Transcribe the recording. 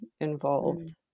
involved